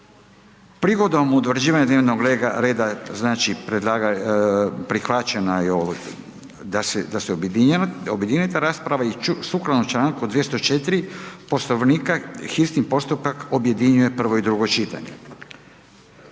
Prigodom utvrđivanja dnevnog reda prihvaćena je da se objedini ta rasprava i sukladno članku 204. Poslovnika, hitni postupak objedinjuje prvo i drugo čitanje